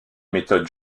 méthodes